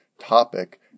topic